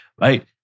right